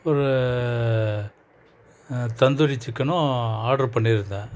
ஒரு தந்தூரி சிக்கெனும் ஆட்ரு பண்ணியிருந்தேன்